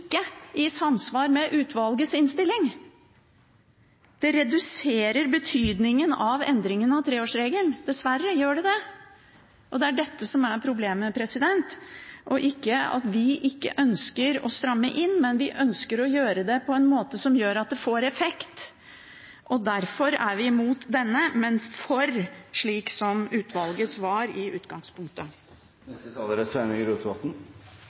reduserer betydningen av endringen av treårsregelen. Dessverre gjør det det. Det er det som er problemet, ikke at vi ikke ønsker å stramme inn. Vi ønsker å gjøre det på en måte som gjør at det får effekt, og derfor er vi imot denne, men for det som utvalget foreslo i utgangspunktet.